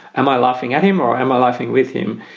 am i laughing at him or am i laughing with him?